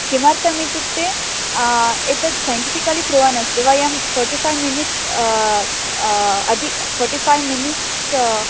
किमर्थम् इत्युक्ते एतत् सैन्टिफिकलि प्रूवन् अस्ति वयं फ़ोर्टि फ़ैव् मिनिट्स् अधिकं फ़ोर्टि फ़ै मिनिट्स